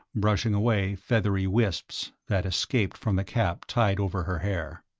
brushing away feathery wisps that escaped from the cap tied over her hair.